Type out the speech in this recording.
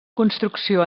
construcció